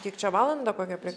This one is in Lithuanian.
kiek čia valandą kokią pri